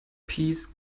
peace